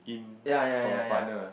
ya ya ya ya